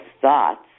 thoughts